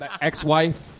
ex-wife